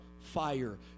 fire